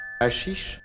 Ashish